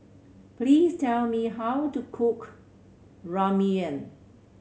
please tell me how to cook Ramyeon